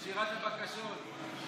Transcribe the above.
ושירת הבקשות.